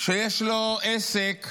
שיש לו עסק.